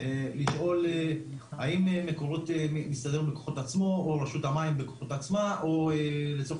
לשאול האם מקורות מסתדר בכוחות עצמו או רשות המים בכוחות עצמה או לצורך